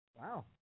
Wow